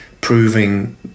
proving